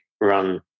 run